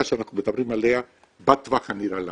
שאנחנו מדברים עליה בטווח הנראה לעין.